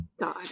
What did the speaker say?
God